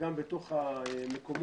וגם בתוך המקומות.